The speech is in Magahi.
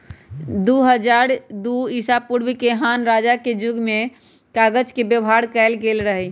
दू हज़ार दू ईसापूर्व में हान रजा के जुग में कागज के व्यवहार कएल गेल रहइ